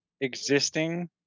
existing